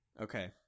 Okay